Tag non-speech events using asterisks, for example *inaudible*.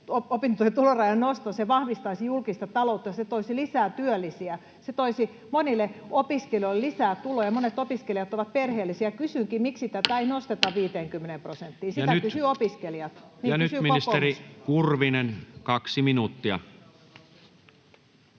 opintotuen tulorajojen nosto vahvistaisi julkista taloutta? Se toisi lisää työllisiä, se toisi monille opiskelijoille lisää tuloja. Monet opiskelijat ovat perheellisiä. Kysynkin: miksi tätä *noise* ei nosteta 50 prosenttiin? Sitä kysyvät opiskelijat — niin kysyy kokoomus...